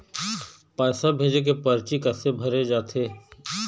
पैसा भेजे के परची कैसे भरे जाथे?